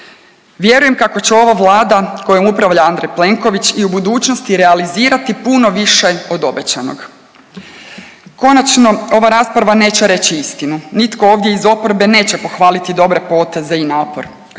Vjerujem kako će ova Vlada kojom upravlja Andrej Plenković i u budućnosti realizirati puno više od obećanog. Konačno ova rasprava neće reći istinu. Nitko ovdje iz oporbe neće pohvaliti dobre poteze i napor.